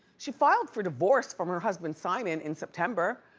she filed for divorce from her husband, simon, in september,